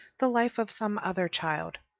the life of some other child.